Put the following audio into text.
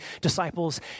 disciples